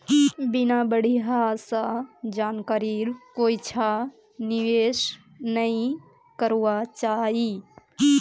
बिना बढ़िया स जानकारीर कोइछा निवेश नइ करबा चाई